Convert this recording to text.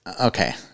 okay